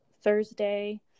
Thursday